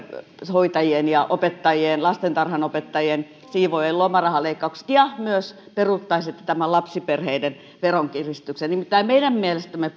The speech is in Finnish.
hoitajien ja opettajien ja lastentarhanopettajien siivoojien lomarahaleikkaukset ja myös peruuttaisitte tämän lapsiperheiden veronkiristyksen nimittäin meidän mielestämme